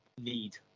need